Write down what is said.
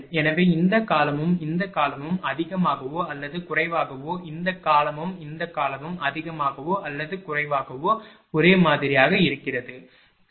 எனவே இந்த காலமும் இந்த காலமும் அதிகமாகவோ அல்லது குறைவாகவோ இந்த காலமும் இந்த காலமும் அதிகமாகவோ அல்லது குறைவாகவோ ஒரே மாதிரியாக இருக்கிறது சரி